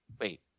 wait